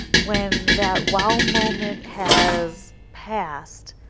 when that wow moment has passed,